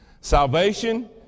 Salvation